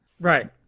Right